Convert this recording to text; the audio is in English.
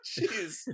Jeez